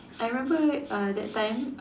I remember uh that time